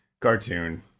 cartoon